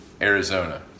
Arizona